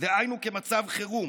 דהיינו כמצב חירום.